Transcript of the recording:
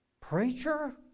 Preacher